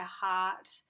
heart